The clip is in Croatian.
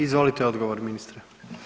Izvolite, odgovor ministre.